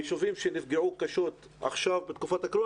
היישובים שנפגעו קשות עכשיו בתקופת הקורונה